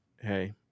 hey